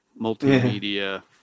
multimedia